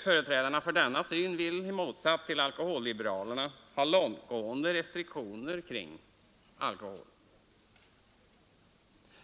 Företrädarna för denna syn vill, i motsats till alkoholliberalerna, ha långtgående restriktioner kring alkoholen.